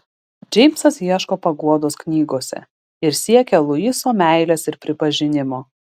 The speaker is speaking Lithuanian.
džeimsas ieško paguodos knygose ir siekia luiso meilės ir pripažinimo